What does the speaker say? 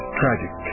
tragic